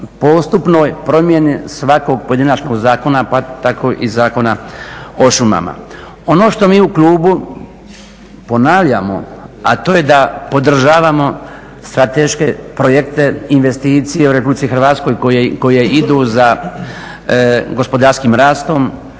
postupnoj promjeni svakog pojedinačnog zakona pa tako i Zakona o šumama. Ono što mi u klubu ponavljamo, a to je da podržavamo strateške projekte, investicije u RH koje idu za gospodarskim rastom,